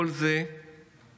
כל זה ילדים.